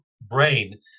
brain